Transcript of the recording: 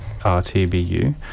RTBU